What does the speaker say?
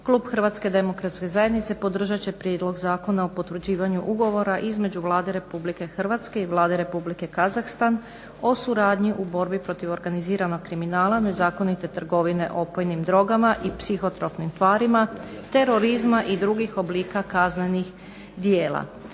Klub HDZ-a podržat će Prijedlog zakona o potvrđivanju Ugovora između Vlade Republike Hrvatske i Vlade Republike Kazahstan o suradnji u borbi protiv organiziranog kriminala, nezakonite trgovine opojnim drogama i psihotropnim tvarima, terorizma i drugih oblika kaznenih djela.